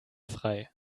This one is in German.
frei